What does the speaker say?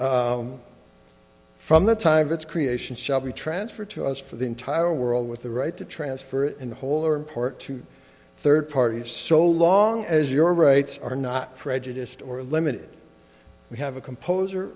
do from the time of its creation shall be transferred to us for the entire world with the right to transfer in whole or in part to third parties so long as your rights are not prejudiced or limited we have a composer